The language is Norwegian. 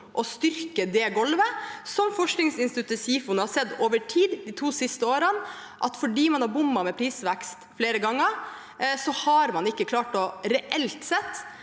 å styrke det golvet. Som forskningsinstituttet SIFO nå har sett over tid – de to siste årene – har man, fordi man har bommet med prisvekst flere ganger, ikke klart reelt sett